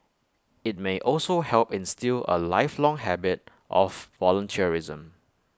IT may also help instil A lifelong habit of volunteerism